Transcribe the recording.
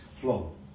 flow